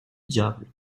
diable